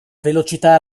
velocità